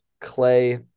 Clay